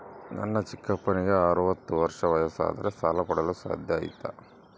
ನನ್ನ ಚಿಕ್ಕಪ್ಪನಿಗೆ ಅರವತ್ತು ವರ್ಷ ವಯಸ್ಸು ಆದರೆ ಸಾಲ ಪಡೆಯಲು ಸಾಧ್ಯ ಐತಾ?